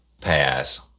pass